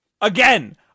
Again